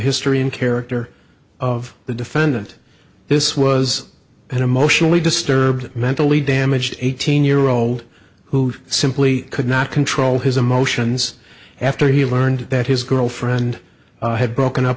history and character of the defendant this was an emotionally disturbed mentally damaged eighteen year old who simply could not control his emotions after he learned that his girlfriend had broken up